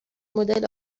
مدل